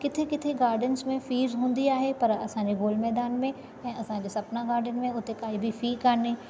किथे किथे गार्डन्स में फ़ीस हूंदी आहे पर असांजे गोल मैदान में ऐं असांजे सपना गार्डन में हुते काई बि फ़ी काने